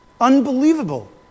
Unbelievable